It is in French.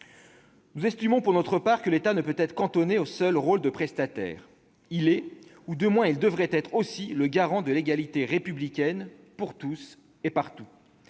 Nous estimons, pour notre part, que l'État ne peut être cantonné au seul rôle de prestataire : il est aussi le garant de l'égalité républicaine, pour tous et partout,